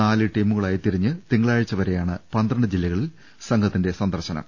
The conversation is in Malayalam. നാല് ടീമുകളായി തിരിഞ്ഞ് തിങ്കളാഴ്ച വരെയാണ് പന്ത്രണ്ട് ജില്ലകളിൽ സംഘ ത്തിന്റെ സന്ദർശനം